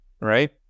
right